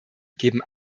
geben